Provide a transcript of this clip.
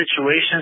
situations